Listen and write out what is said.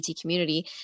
community